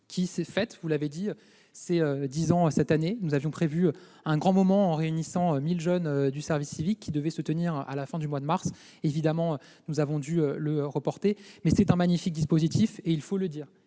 qui fête, vous l'avez dit, ses 10 ans cette année. Nous avions prévu un grand moment réunissant 1 000 jeunes du service civique, qui devait se tenir à la fin du mois de mars. Évidemment, nous avons dû le reporter, mais le service civique est un magnifique dispositif, et il faut le dire.